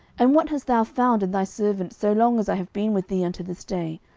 and what hast thou found in thy servant so long as i have been with thee unto this day,